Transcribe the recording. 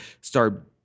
start